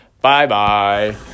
Bye-bye